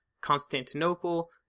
Constantinople